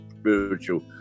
spiritual